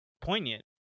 poignant